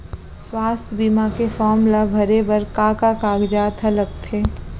स्वास्थ्य बीमा के फॉर्म ल भरे बर का का कागजात ह लगथे?